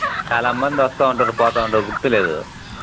చాలామంద్ వస్తూ ఉంటారు పోతూ ఉంటారు గుర్తులేదు